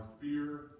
fear